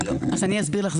אני אסביר לך.